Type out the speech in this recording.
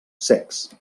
secs